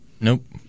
nope